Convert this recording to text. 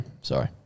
Sorry